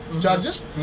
charges